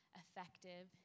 effective